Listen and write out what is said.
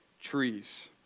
trees